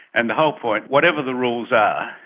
and the whole point, whatever the rules are,